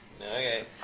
Okay